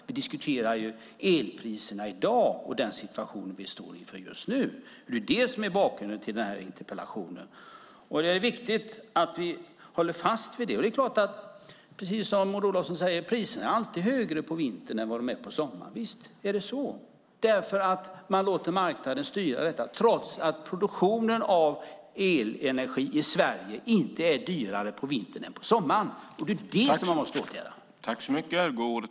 Vi diskuterar elpriserna i dag och den situation vi står inför just nu. Det är det som är bakgrunden till interpellationen. Det är viktigt att vi håller fast vid det. Precis som Maud Olofsson säger är priserna alltid högre på vintern än på sommaren. Visst är det så. Marknaden får styra trots att produktionen av elenergi i Sverige inte är dyrare på vintern än på sommaren. Det är det som måste åtgärdas.